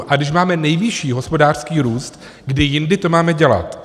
A když máme nejvyšší hospodářský růst, kdy jindy to máme dělat?